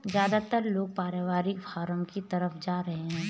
ज्यादातर लोग पारिवारिक फॉर्म की तरफ जा रहै है